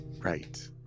Right